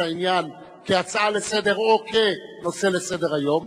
העניין כהצעה לסדר או כנושא לסדר-היום.